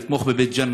לתמוך בבית ג'ן,